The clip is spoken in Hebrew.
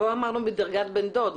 פה אמרנו מדרגת בן דוד.